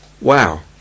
wow